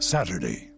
Saturday